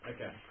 Okay